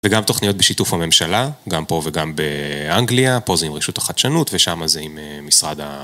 וגם תוכניות בשיתוף הממשלה, גם פה וגם באנגליה, פה זה עם ראשות החדשנות ושמה זה עם משרד ה...